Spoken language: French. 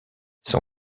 son